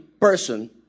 person